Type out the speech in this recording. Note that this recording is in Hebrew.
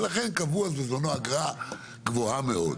ולכן קבעו בזמנו אגרה גבוהה מאוד.